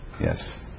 Yes